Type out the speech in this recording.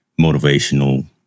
motivational